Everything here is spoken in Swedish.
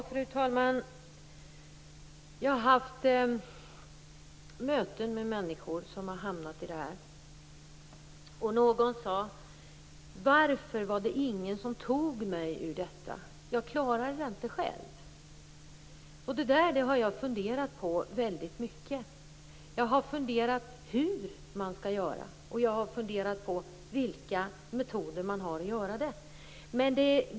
Fru talman! Jag har haft möten med människor som har hamnat i det här. Någon sade: Varför var det ingen som tog mig ur detta när jag inte klarade det själv? Jag har funderat väldigt mycket på det. Jag har funderat på hur man skall göra och vilka metoder man har att göra det med.